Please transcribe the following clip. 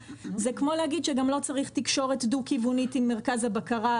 זה כמו להגיד שגם לא צריך תקשורת דו כיוונית עם מרכז הבקרה,